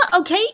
Okay